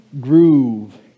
groove